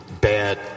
bad